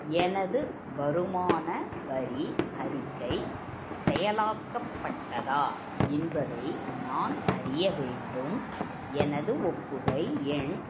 எனது வருமான வரி அறிக்கை செயலாக்கப்பட்டதா என்பதை நான் அறிய வேண்டும் எனது ஒப்புகை எண்